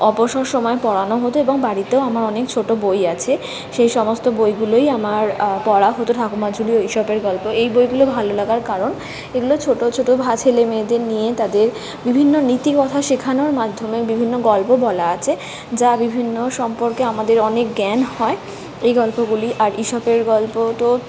অবসর সময় পড়ানো হতো এবং বাড়িতেও আমার অনেক ছোট বই আছে সেই সমস্ত বইগুলোই আমার পড়া হতো ঠাকুমার ঝুলি ও ঈশপের গল্প এই বইগুলো ভালো লাগার কারণ এগুলো ছোট ছোট ছেলে মেয়েদের নিয়ে তাদের বিভিন্ন নীতিকথা শেখানোর মাধ্যমে বিভিন্ন গল্প বলা আছে যা বিভিন্ন সম্পর্কে আমাদের অনেক জ্ঞান হয় এই গল্পগুলি আর ঈশপের গল্প তো